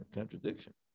contradiction